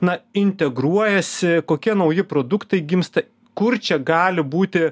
na integruojasi kokie nauji produktai gimsta kur čia gali būti